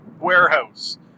warehouse